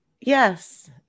yes